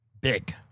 Big